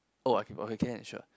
oh I keep okay can and sure